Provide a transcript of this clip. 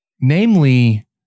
namely